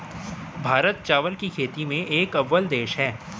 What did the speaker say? भारत चावल की खेती में एक अव्वल देश है